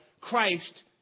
Christ